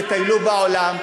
תטיילו בעולם.